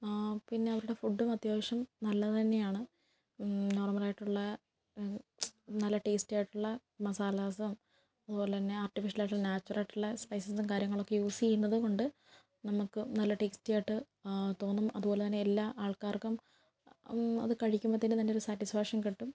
ആ പിന്നവരുടെ ഫുഡും അത്യാവശ്യം നല്ലത് തന്നെയാണ് നോർമ്മലായിട്ടുള്ള നല്ല ടേസ്റ്റി ആയിട്ടുള്ള മസാലാസും അതുപോലെ തന്നെ ആർട്ടിഫിഷ്യൽ ആയിട്ടുള്ള നാച്ചുറൽ ആയിട്ടുള്ള സ്പൈസസും കാര്യങ്ങളും ഒക്കെ യൂസ് ചെയ്യുന്നത് കൊണ്ട് നമുക്ക് നല്ല ടേസ്റ്റി ആയിട്ട് തോന്നും അതുപോലെ തന്നെ എല്ലാ ആൾക്കാർക്കും അത് കഴിക്കുമ്പോൾ തന്നെ നല്ലൊരു സാറ്റിസ്ഫാക്ഷൻ കിട്ടും